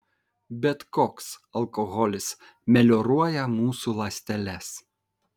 bet koks alkoholis melioruoja mūsų ląsteles